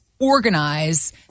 organize